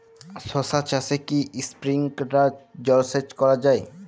শশা চাষে কি স্প্রিঙ্কলার জলসেচ করা যায়?